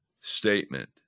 Statement